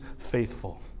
faithful